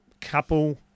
couple